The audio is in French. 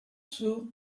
sont